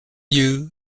you